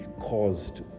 caused